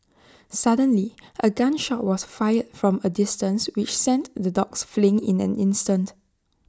suddenly A gun shot was fired from A distance which sent the dogs fleeing in an instant